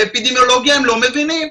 באפידמיולוגיה הם לא מבינים.